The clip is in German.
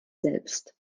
selbst